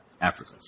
Africa